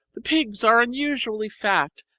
the pigs are unusually fat,